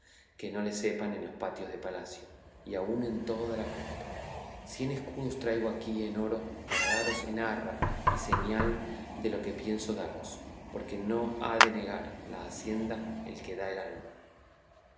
que no le sepan en los patios de palacio y aun en toda la corte cien escudos traigo aquí en oro para daros en arra y señal de lo que pienso daros porque no ha de negar la hacienda el que da el alma